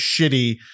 shitty